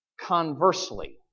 Conversely